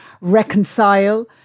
reconcile